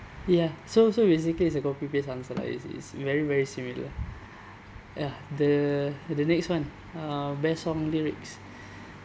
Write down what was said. ya so so basically it's a copy paste answer lah it's it's very very similar ya the the next one uh best song lyrics